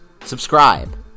subscribe